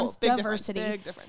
diversity